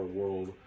world